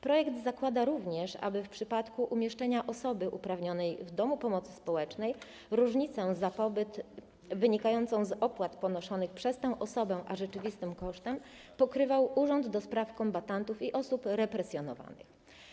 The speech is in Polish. Projekt zakłada również, aby w przypadku umieszczenia osoby uprawnionej w domu pomocy społecznej różnicę między wysokością opłat ponoszonych przez tę osobę a rzeczywistym kosztem pobytu pokrywał Urząd do Spraw Kombatantów i Osób Represjonowanych.